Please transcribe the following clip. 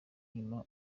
inyuma